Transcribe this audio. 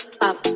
up